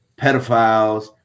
pedophiles